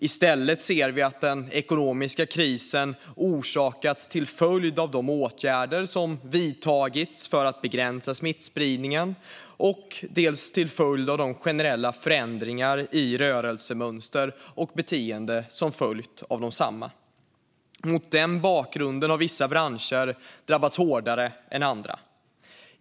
I stället ser vi att den ekonomiska krisen orsakats av de åtgärder som vidtagits för att begränsa smittspridningen och av de generella förändringar i rörelsemönster och beteende som följt av desamma. Mot denna bakgrund har vissa branscher drabbats hårdare än andra.